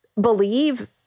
believe